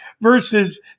versus